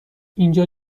اینجا